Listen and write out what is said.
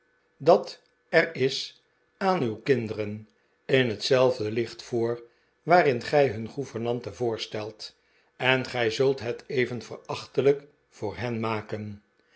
dat er is aan uw kinderen in hetzelfde licht voor waarin gij hun gouvernante voorstelt en gij zult het even verachtelijk voor hen maken